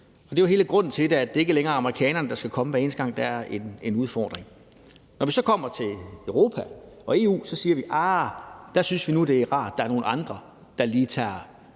Det er jo hele grunden til det, altså at det ikke længere er amerikanerne, der skal komme, hver eneste gang der er en udfordring. Når det så kommer til Europa og EU, siger vi: Der synes vi nu, det er rart, at der er nogle andre, der lige tager